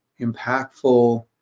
impactful